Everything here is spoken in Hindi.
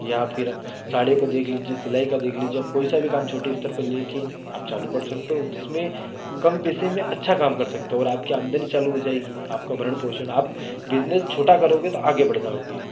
या फिर साड़ियों का देख लीजिए सिलाई का देख लीजिए कोई सा भी काम छोटे स्तर पर लेकर आप चालू कर सकते हो जिसमें कम पैसे में अच्छा काम कर सकते हो और आपकी आमदनी चालू हो जाएगी आपका भरण पोषण आप बिजनेस छोटा करोगे तो आगे बढ़ जाओगे